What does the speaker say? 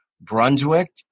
Brunswick